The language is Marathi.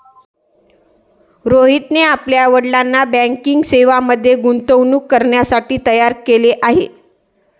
रोहितने आपल्या वडिलांना बँकिंग सेवांमध्ये गुंतवणूक करण्यासाठी तयार केले आहे